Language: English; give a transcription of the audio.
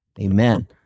amen